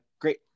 great